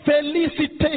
Felicitation